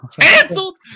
canceled